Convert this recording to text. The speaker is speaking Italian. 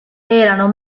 erano